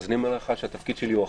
אז אני אומר לך שהתפקיד שלי הוא אחר,